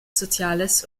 soziales